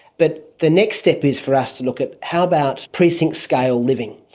but the next step is for us to look at how about precinct scale living,